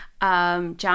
John